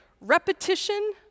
repetition